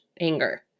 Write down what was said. anger